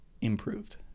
improved